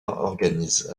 organise